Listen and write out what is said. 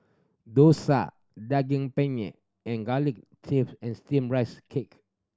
dosa Daging Penyet and garlic chive and Steamed Rice Cake